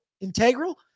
integral